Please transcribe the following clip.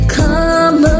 come